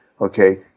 Okay